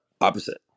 opposite